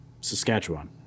Saskatchewan